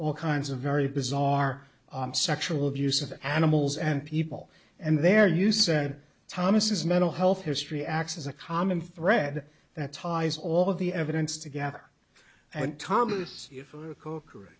all kinds of very bizarre sexual abuse of animals and people and there you said thomas mental health history x is a common thread that ties all of the evidence together and thomas cook